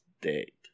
date